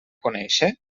conèixer